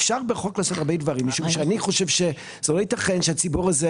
אפשר בחוק לעשות הרבה דברים משום שאני חושב שלא ייתכן שהציבור הזה